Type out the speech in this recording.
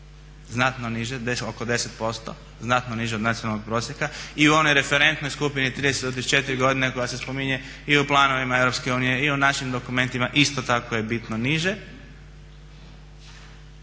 znatno niše oko 10% znatno niže od nacionalnog prosjeka i u onoj referentnoj skupini 30 do 34 godine koja se spominje i u planovima EU i u našim dokumentima isto tako je bitno niže